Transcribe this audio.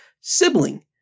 sibling